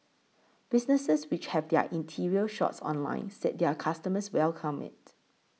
businesses which have their interior shots online said their customers welcome it